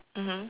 mmhmm